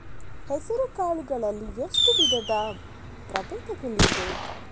ಹೆಸರುಕಾಳು ಗಳಲ್ಲಿ ಎಷ್ಟು ವಿಧದ ಪ್ರಬೇಧಗಳಿವೆ?